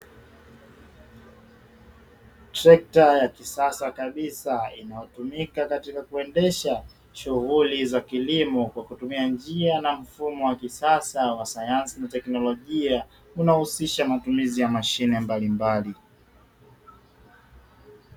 Trekta ya kisasa kabisa inayotumika katika kuendesha shughuli za kilimo, kwa kutumia njia na mfumo wa kisasa wa sayansi na teknolojia; unaohusisha matumizi ya mashine mbalimbali.